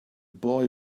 boy